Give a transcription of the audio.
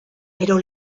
pero